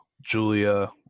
Julia